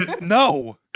No